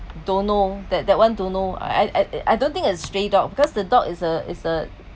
don't know that that one don't know I I I don't think a stray dog because the dog is a is a